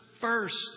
first